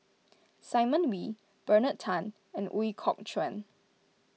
Simon Wee Bernard Tan and Ooi Kok Chuen